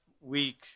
week